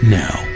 now